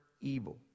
evil